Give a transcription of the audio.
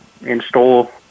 install